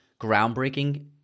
groundbreaking